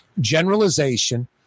generalization